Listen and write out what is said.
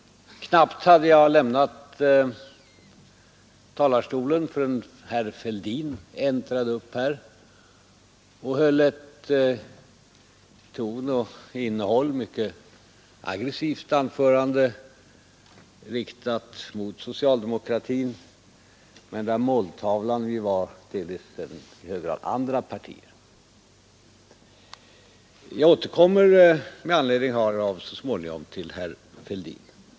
Knappt hade jag lämnat talarstolen, förrän herr Fälldin äntrade upp och höll ett till ton och innehåll mycket aggressivt anförande riktat mot socialdemokratin men där måltavlan ju delvis var även andra partier. Jag återkommer så småningom med anledning härav till herr Fälldin.